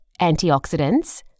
antioxidants